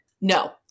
No